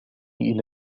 إلى